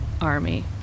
army